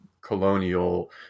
colonial